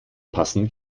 passend